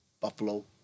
Buffalo